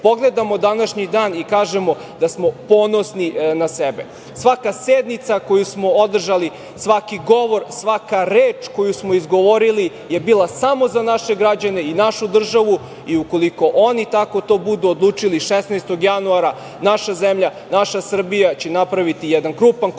pogledamo današnji dan i kažemo da smo ponosni na sebe. Svaka sednica koju smo održali, svaki govor, svaka reč koju smo izgovorili je bila samo za naše građane i našu državu i ukoliko oni tako to budu odlučili 16. januara naša zemlja, naša Srbija će napraviti jedan krupan korak ka